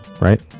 Right